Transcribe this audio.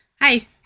Hi